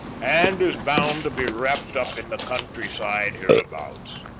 and is bound to be wrapped up in the country-side hereabouts.